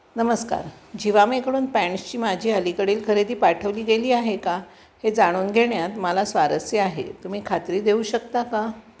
नमस्कार जिवामेकडून पँन्ट्सची माझी अलीकडील खरेदी पाठवली गेली आहे का हे जाणून घेण्यात मला स्वारस्य आहे तुम्ही खात्री देऊ शकता का